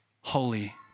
holy